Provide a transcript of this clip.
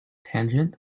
tangent